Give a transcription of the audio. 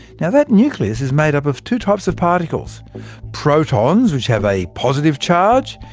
now that nucleus is made up of two types of particles protons which have a positive charge,